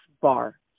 bar